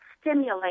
stimulate